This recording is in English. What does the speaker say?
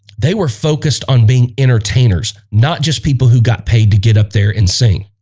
they were focused on being entertainers. not just people who got paid to get up there and sing